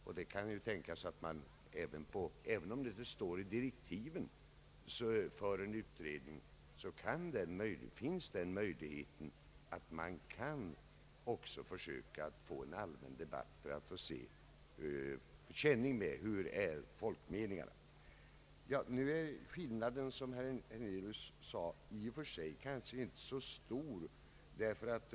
Även om det inte står i direktiven för en utredning kan det mycket väl tänkas att man utnyttjar möjligheten att försöka få en allmän debatt för att få känning med hur folkmeningen är. Skillnaderna mellan utskottsmajoriteten och reservanterna är, som herr Hernelius sade, kanske i och för sig inte så stora.